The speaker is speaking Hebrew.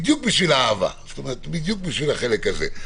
בדיוק בשביל אהבה, בדיוק בשביל החלק הזה.